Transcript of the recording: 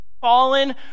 fallen